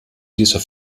dieser